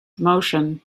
motion